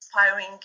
inspiring